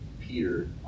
Peter